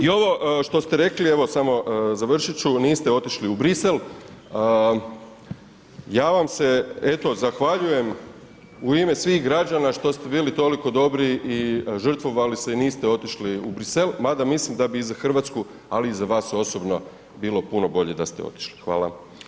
I ovo što s te rekli, evo samo, završit ću, niste otišli u Bruxelles, ja vam se eto zahvaljujem u ime svih građana što ste bili toliko dobri i žrtvovali se i niste otišli u Bruxelles mada mislim da bi za Hrvatsku ali i za vas osobno bilo puno bolje da ste otišli, hvala.